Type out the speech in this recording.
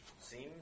seem